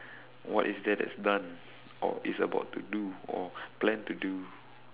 what is there that is done or is about to do or plan to do